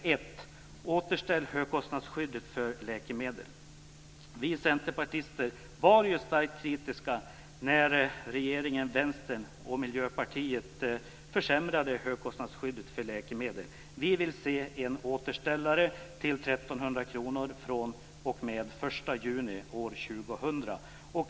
För det första vill vi återställa högkostnadsskyddet för läkemedel. Vi centerpartister var ju starkt kritiska när regeringen, Vänstern och Miljöpartiet försämrade högkostnadsskyddet för läkemedel. Vi vill se en återställare till 1 300 kronor fr.o.m. den 1 juni år 2000.